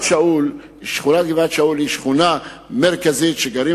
שכונת גבעת-שאול היא שכונה מרכזית שגרים